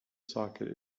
socket